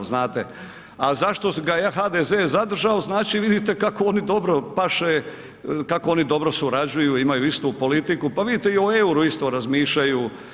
A zašto ga je HDZ zadržao, znači vidite kako oni dobro paše, kako oni dobro surađuju, imaju istu politiku pa vidite i o euru isto razmišljaju.